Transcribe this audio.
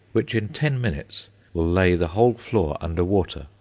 which in ten minutes will lay the whole floor under water,